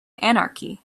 anarchy